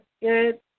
good